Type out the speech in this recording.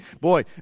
boy